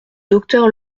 docteur